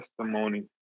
testimony